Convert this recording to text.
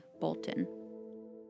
Bolton